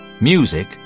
Music